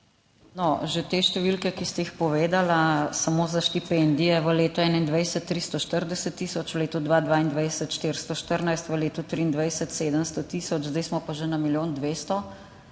Že te številke, ki ste jih povedali, samo za štipendije v letu 2021 340 tisoč, v letu 2022 414 tisoč, v letu 2023 700 tisoč, zdaj smo pa že na milijon 200, so,